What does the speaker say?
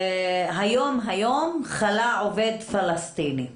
היום חלה עובד פלסטיני,